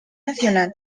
nacional